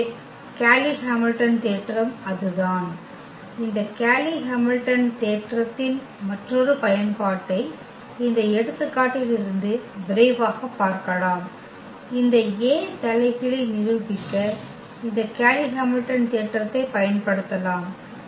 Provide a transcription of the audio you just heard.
எனவே Cayley Hamilton தேற்றம் அதுதான் இந்த கேய்லி ஹாமில்டன் தேற்றத்தின் மற்றொரு பயன்பாட்டை இந்த எடுத்துக்காட்டில் இருந்து விரைவாகப் பார்க்கலாம் இந்த A தலைகீழை நிரூபிக்க இந்த கேய்லி ஹாமில்டன் தேற்றத்தைப் பயன்படுத்தலாம்